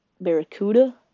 Barracuda